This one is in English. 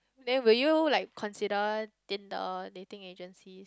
then will you like consider Tinder dating agencies